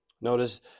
Notice